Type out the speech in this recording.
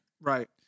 Right